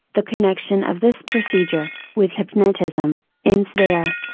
the connection of this procedure, with hypnotism, ends there.